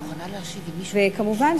כמובן,